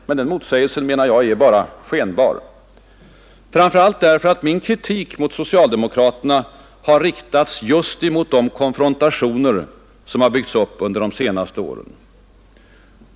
Men den motsägelsen är, menar jag, bara skenbar, framför allt därför att min kritik mot socialdemokraterna har riktats just mot de konfrontationer som byggts upp under de senaste åren.